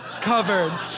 covered